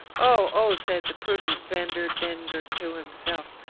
oh! oh! said the prudent vanderdendur to himself,